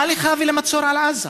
מה לך ולמצור על עזה?